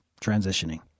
transitioning